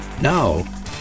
Now